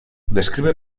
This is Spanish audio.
describe